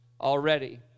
already